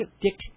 Dick